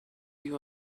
you